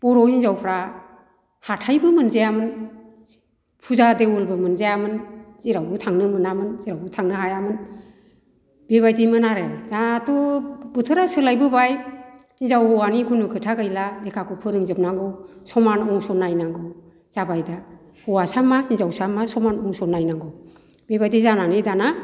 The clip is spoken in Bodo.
बर' हिनजावफ्रा हाथायबो मोनजायामोन फुजा देवोलबो मोनजायामोन जेरावबो थांनो मोनामोन जेरावबो थांनो हायामोन बेबायदिमोन आरो दाथ' बोथोरा सोलायबोबाय हिनजाव हौवानि खुनु खोथा गैला लेखाखौ फोरों जोबनांगौ समान रोखोम नायनांगौ जाबाय दा हौवासा मा हिनजावसा मा समान रोखोम नायनांगौ बेबायदि जानानै दाना